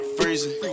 freezing